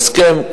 זהו הסכם,